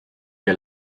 que